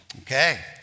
Okay